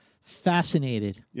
fascinated